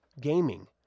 Gaming